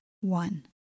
one